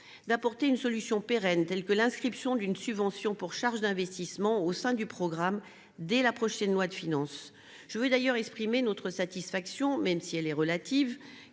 d’apporter une solution pérenne, telle que l’inscription d’une subvention pour charges d’investissement au sein du programme, dès le prochain projet de loi de finances. Je tiens d’ailleurs à vous faire part de notre satisfaction, même si elle est relative,